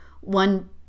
one